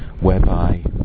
whereby